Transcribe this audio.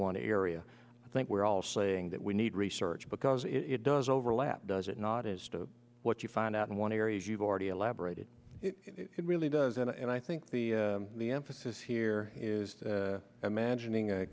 one area i think we're all saying that we need research because it does overlap does it not is what you find out in one area as you've already elaborated it really does and i think the the emphasis here is imagining a